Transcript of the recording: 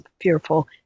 fearful